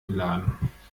geladen